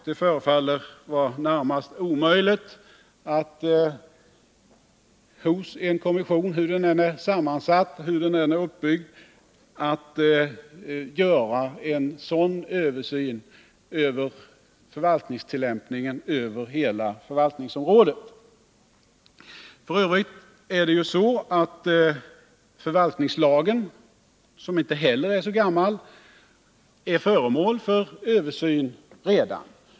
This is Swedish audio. Det förefaller vara närmast omöjligt för en kommission — hur den än är uppbyggd — att göra en sådan översyn av förvaltningstillämpningen inom hela förvaltningsområdet. F. ö. är det så att förvaltningslagen, som inte heller är så gammal, redan är föremål för översyn.